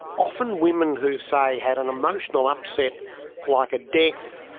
often women who, say, had an emotional upset like a death,